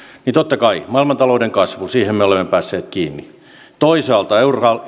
niin totta kai maailmantalouden kasvu siihen me olemme päässeet kiinni toisaalta